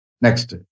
Next